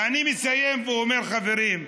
ואני מסיים ואומר: חברים,